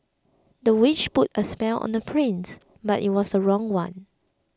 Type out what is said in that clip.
the witch put a spell on the prince but it was a wrong one